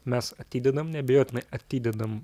mes atidedam neabejotinai atidedam